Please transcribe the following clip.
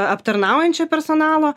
aptarnaujančio personalo